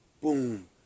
Boom